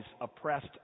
oppressed